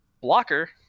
Blocker